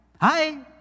Hi